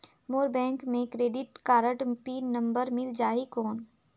मोर bank मे credit card pin number मिल जाहि कौन?